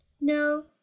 No